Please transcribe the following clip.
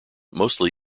mostly